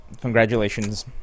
Congratulations